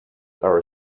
are